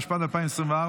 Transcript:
התשפ"ד 2024,